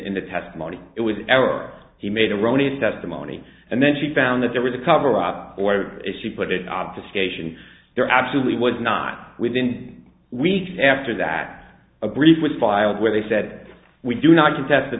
in the testimony it was an error he made erroneous testimony and then she found that there was a cover up or if she put it obfuscation there absolutely was not within weeks after that a brief was filed where they said we do not contest th